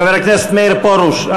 חבר הכנסת מאיר פרוש,